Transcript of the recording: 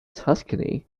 tuscany